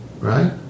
Right